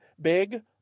Big